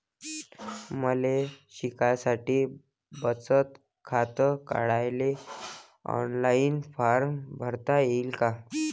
मले शिकासाठी बचत खात काढाले ऑनलाईन फारम भरता येईन का?